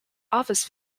office